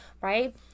right